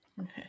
Okay